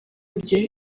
bye